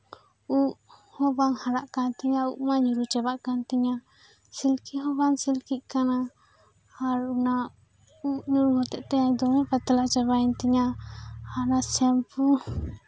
ᱩᱵ ᱦᱚᱸ ᱵᱟᱝ ᱦᱟᱨᱟᱜ ᱠᱟᱱ ᱛᱤᱧᱟᱹ ᱩᱵ ᱦᱚᱸ ᱧᱩᱨᱩ ᱪᱟᱵᱟᱜ ᱠᱟᱱ ᱛᱤᱧᱟᱹ ᱥᱤᱞᱠᱤ ᱦᱚᱸ ᱵᱟᱝ ᱥᱤᱞᱠᱤᱜ ᱠᱟᱱᱟ ᱟᱨ ᱚᱱᱟ ᱩᱵ ᱧᱩᱨ ᱦᱚᱛᱮᱡ ᱮᱯ ᱦᱚᱸ ᱯᱟᱛᱞᱟ ᱪᱟᱵᱟᱭᱮᱱ ᱛᱤᱧᱟᱹ ᱟᱨ ᱚᱱᱟ ᱥᱮᱢᱯᱩ